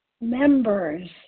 members